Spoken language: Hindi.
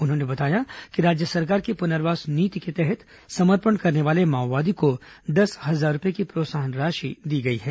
उन्होंने बताया कि राज्य सरकार की पुनर्वास नीति के तहत समर्पण करने वाले माओवादी को दस हजार रूपए की प्रोत्साहन राशि दी गई है